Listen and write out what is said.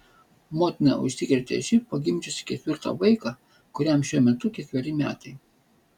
motina užsikrėtė živ pagimdžiusi ketvirtą vaiką kuriam šiuo metu ketveri metai